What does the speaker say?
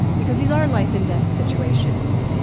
because these are life and death situations.